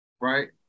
right